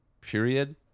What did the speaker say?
period